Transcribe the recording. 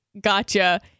gotcha